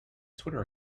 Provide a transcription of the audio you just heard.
twitter